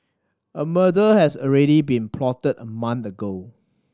a murder has already been plotted a month ago